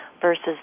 versus